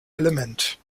element